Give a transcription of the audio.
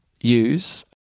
use